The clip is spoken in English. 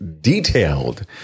detailed